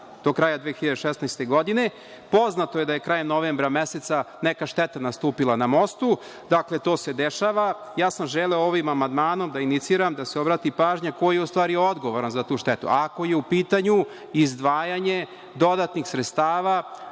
do 2016. godine. Poznato je da je krajem novembra meseca neka šteta nastupila na mostu. Dakle, to se dešava. Želeo sam ovim amandmanom da iniciram da se obrati pažnja ko je u stvari odgovoran za tu štetu, ako je u pitanju izdvajanje dodatnih sredstava